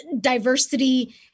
diversity